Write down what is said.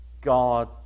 God